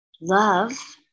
Love